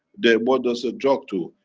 the, what does a drug do?